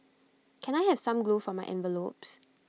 can I have some glue for my envelopes